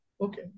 Okay